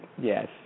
yes